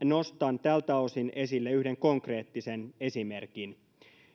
nostan tältä osin esille yhden konkreettisen esimerkin